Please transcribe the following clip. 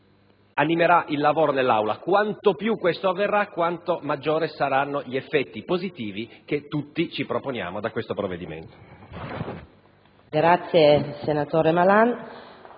animerà il lavoro dell'Aula: quanto più questo avverrà, tanto maggiori saranno gli effetti positivi che tutti ci proponiamo dal provvedimento al nostro esame.